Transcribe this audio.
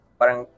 parang